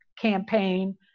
campaign